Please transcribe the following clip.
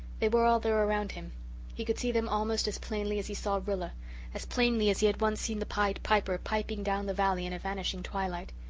they were all there around him he could see them almost as plainly as he saw rilla as plainly as he had once seen the pied piper piping down the valley in a vanished twilight.